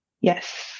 Yes